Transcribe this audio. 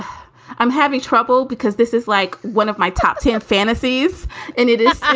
i'm having trouble because this is like one of my top tier fantasies and it is